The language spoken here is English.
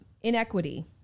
Inequity